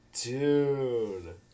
Dude